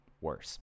worse